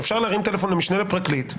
אפשר להרים טלפון למשנה לפרקליט,